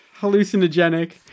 hallucinogenic